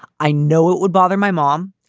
i know it would bother my mom.